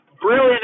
brilliant